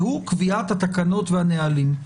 והוא קביעת התקנות והנהלים.